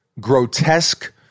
grotesque